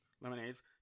lemonades